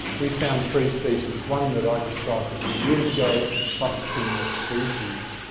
we found three species, one that i described a few years ago, plus two more species.